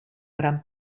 gran